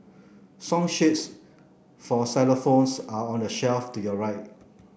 song sheets for xylophones are on the shelf to your right